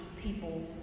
people